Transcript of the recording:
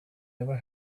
never